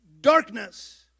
darkness